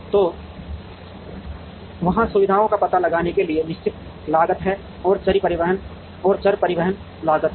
तो वहाँ सुविधाओं का पता लगाने की एक निश्चित लागत है और चर परिवहन लागत है